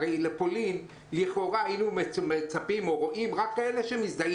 הרי לפולין היינו מצפים לראות רק כאלה שמזדהים